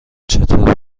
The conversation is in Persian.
چطور